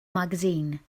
magazine